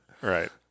Right